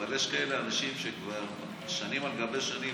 אבל יש כאלה אנשים שכבר שנים על גבי שנים,